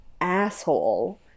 asshole